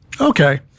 Okay